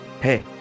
hey